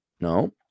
No